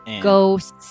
ghosts